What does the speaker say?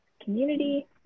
community